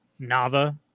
Nava